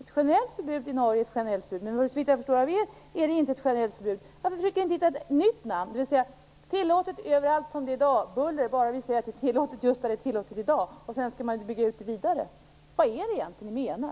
Ett generellt förbud i Norge är ett generellt förbud, men såvitt jag förstår är inte ert förbud ett generellt förbud. Varför försöker ni inte hitta nytt namn. Det skall vara tillåtet överallt som i dag. Det spelar ingen roll om det blir buller, bara vi ser att det är tillåtet just där det är tillåtet i dag. Sedan skall man bygga ut det vidare. Vad är det egentligen ni menar?